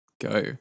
Go